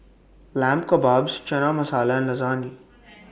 Lamb Kebabs Chana Masala and Lasagne